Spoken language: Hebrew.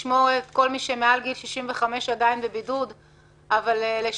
לשמור עדיין בבידוד כל מי שמעל גיל 65 אבל לשחרר